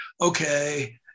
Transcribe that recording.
Okay